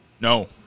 No